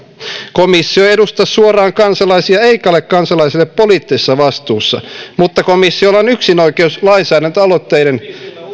komissio ei edusta suoraan kansalaisia eikä ole kansalaisille poliittisessa vastuussa mutta komissiolla on yksinoikeus lainsäädäntöaloitteiden